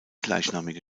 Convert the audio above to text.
gleichnamige